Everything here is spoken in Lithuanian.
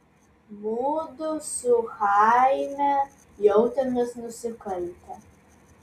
mudu su chaime jautėmės nusikaltę